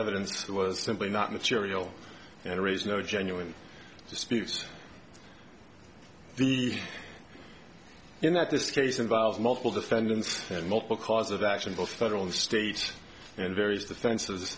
evidence was simply not material and raise no genuine disputes d in that this case involves multiple defendants and not because of action both federal and state and various defense